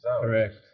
Correct